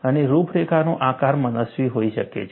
અને રૂપરેખાનો આકાર મનસ્વી હોઈ શકે છે